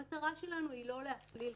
המטרה שלנו כאן היא לא להפליל,